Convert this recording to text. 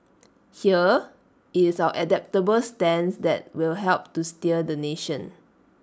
here it's our adaptable stance that will help to steer the nation